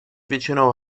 většinou